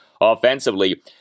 offensively